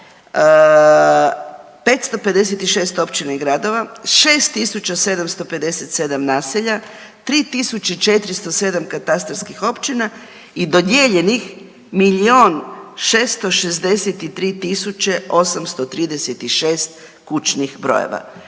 556 općina i gradova, 6757 naselja, 3407 katastarskih općina i dodijeljenih 1.663,836 kućnih brojeva.